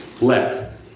let